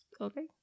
okay